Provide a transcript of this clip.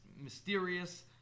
mysterious